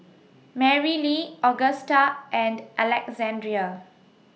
Marylee Augusta and Alexandrea